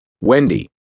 Wendy